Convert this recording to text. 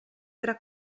tra